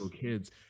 Kids